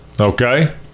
Okay